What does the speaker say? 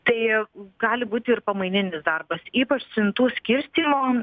tai gali būti ir pamaininis darbas ypač siuntų skirstymo